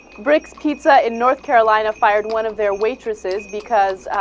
bricks pizza in north carolina fired one of their waitresses because ah.